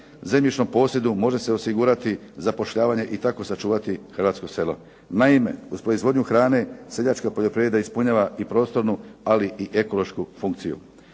zemljišnom posjedu može se osigurati zapošljavanje i tako sačuvati hrvatsko selo. Naime, uz proizvodnju hrane seljačka poljoprivreda ispunjava i prostornu ali i ekološku funkciju.